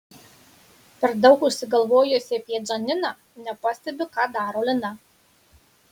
per daug užsigalvojusi apie džaniną nepastebiu ką daro lina